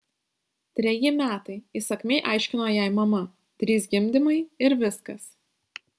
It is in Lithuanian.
treji metai įsakmiai aiškino jai mama trys gimdymai ir viskas